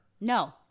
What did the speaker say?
No